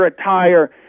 attire